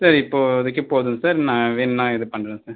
sir இப்போதைக்கு போதும் sir நான் வேணும்னா இது பண்ணுறேன் சார்